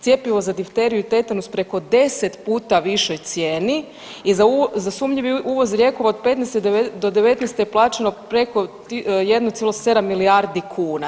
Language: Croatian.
Cjepivo za difteriju i tetanus preko 10 puta višoj cijeni i za sumnjivi uvoz lijekova od 2015. do 2019. je plaćeno preko 1,7 milijardi kuna.